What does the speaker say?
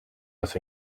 has